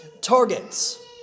Targets